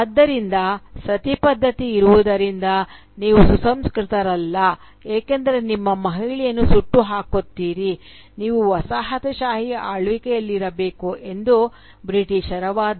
ಆದ್ದರಿಂದ ಸತಿ ಪದ್ಧತಿ ಇರುವುದರಿಂದ ನೀವು ಸುಸಂಸ್ಕೃತರಲ್ಲ ಏಕೆಂದರೆ ನಿಮ್ಮ ಮಹಿಳೆಯರನ್ನು ಸುಟ್ಟುಹಾಕುತ್ತೀರಿ ನೀವು ವಸಾಹತುಶಾಹಿ ಆಳ್ವಿಕೆಯಲ್ಲಿರಬೇಕು ಎಂಬುದು ಬ್ರಿಟಿಷ್ ರ ವಾದ